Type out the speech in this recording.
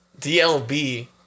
DLB